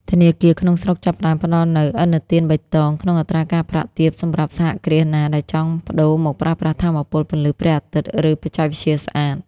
ធនាគារក្នុងស្រុកចាប់ផ្ដើមផ្ដល់នូវ "ឥណទានបៃតង" ក្នុងអត្រាការប្រាក់ទាបសម្រាប់សហគ្រាសណាដែលចង់ប្ដូរមកប្រើប្រាស់ថាមពលពន្លឺព្រះអាទិត្យ ឬបច្ចេកវិទ្យាស្អាត។